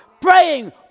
praying